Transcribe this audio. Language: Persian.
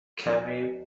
کمی